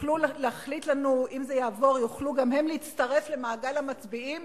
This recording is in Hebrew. יוכלו גם הם להצטרף למעגל המצביעים,